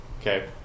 Okay